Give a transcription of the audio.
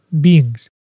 beings